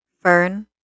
Fern